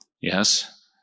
Yes